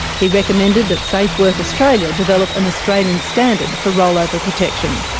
he recommended that safe work australia develop an australian standard for rollover protection.